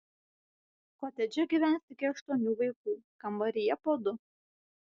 kotedže gyvens iki aštuonių vaikų kambaryje po du